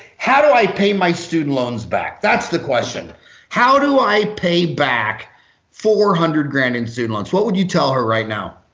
how do i pay my student loans back that's the question how do i pay back four hundred grand in student loans what would you tell her right now?